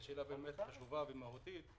זו שאלה באמת חשובה ומהותית.